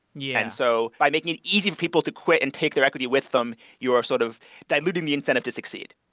yeah and so by making it easy for people to quit and take their equity with them, you're sort of diluting the incentive to succeed.